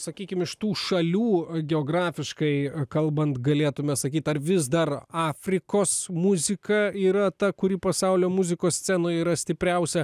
sakykim iš tų šalių geografiškai kalbant galėtume sakyt ar vis dar afrikos muzika yra ta kuri pasaulio muzikos scenoj yra stipriausia